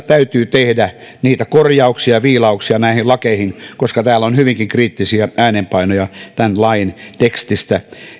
täytyy tehdä korjauksia ja viilauksia näihin lakeihin koska täällä on hyvinkin kriittisiä äänenpainoja tämän lain tekstistä